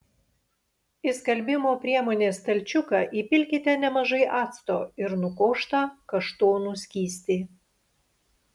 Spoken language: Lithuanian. į skalbimo priemonės stalčiuką įpilkite nemažai acto ir nukoštą kaštonų skystį